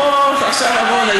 אוה, עכשיו עמונה.